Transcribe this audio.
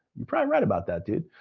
you're probably read about that dude.